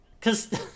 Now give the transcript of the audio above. Cause